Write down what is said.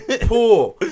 poor